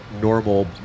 normal